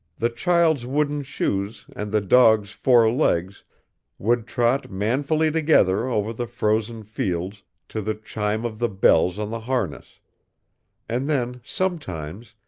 the child's wooden shoes and the dog's four legs would trot manfully together over the frozen fields to the chime of the bells on the harness and then sometimes,